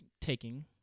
taking